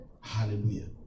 hallelujah